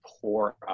pour